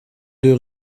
deux